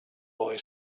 boy